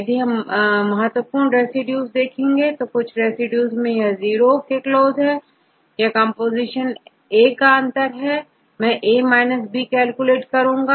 पहले हम महत्वपूर्ण रेसिड्यूज देखेंगे और कुछ रेसिड्यूज जैसे यह0 के क्लोज है यह A कंपोजीशन का अंतर है मैं यहां A B कैलकुलेट करूंगा